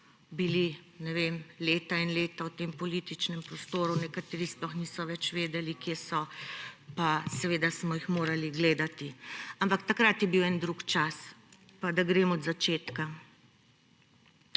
vem, leta in leta v tem političnem prostoru, nekateri sploh niso več vedeli, kje so, pa smo jih seveda smo morali gledati. Ampak takrat je bil en drug čas. Naj grem od začetka.